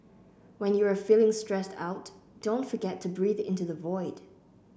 when you are feeling stressed out don't forget to breathe into the void